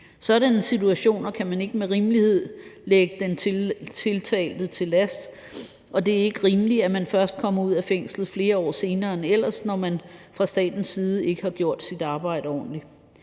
Sådanne situationer kan man ikke med rimelighed lægge den tiltalte til last, og det er ikke rimeligt, at man først kommer ud af fængslet flere år senere end ellers, når man fra statens side ikke har gjort sit arbejde ordentligt.